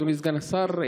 אדוני סגן השר,